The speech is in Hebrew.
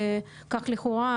כך לכאורה,